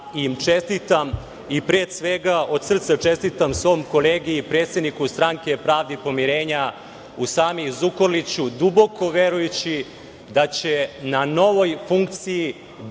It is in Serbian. da im čestitam i pre svega od srca čestitam svom kolegi i predsedniku Stranke pravde i pomirenja Usami Zukorliću, duboko verujući da će na novoj funkciji